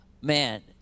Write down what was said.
man